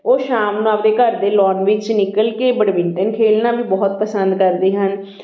ਉਹ ਸ਼ਾਮ ਨੂੰ ਆਪਦੇ ਘਰ ਦੇ ਲੋਨ ਵਿੱਚ ਨਿਕਲ ਕੇ ਬਡਮਿੰਟਨ ਖੇਡਣਾ ਵੀ ਬਹੁਤ ਪਸੰਦ ਕਰਦੇ ਹਨ